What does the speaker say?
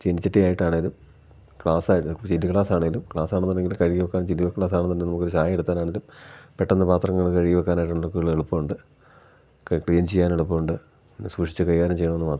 ചീനച്ചട്ടി ആയിട്ട് ആണെങ്കിലും ഗ്ലാസായിരുന്നാലും ചില്ല് ഗ്ലാസ് ആണെങ്കിലും ഗ്ലാസാണെന്നുണ്ടെങ്കിൽ കഴുകി വയ്ക്കാം ചില്ല് ഗ്ലാസാണ് എന്നുണ്ടെങ്കിൽ നമുക്ക് ഒരു ചായ എടുത്താലാണെങ്കിലും പെട്ടെന്ന് പാത്രങ്ങൾ കഴുകി വയ്ക്കാനായിട്ടുള്ള എളുപ്പം ഉണ്ട് ക്ലീൻ ചെയ്യാൻ എളുപ്പം ഉണ്ട് പിന്നെ സൂക്ഷിച്ചു കൈകാര്യം ചെയ്യണമെന്ന് മാത്രം